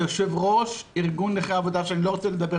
ליושב-ראש ארגון נכי העבודה שאני לא רוצה לדבר